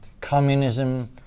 communism